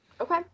Okay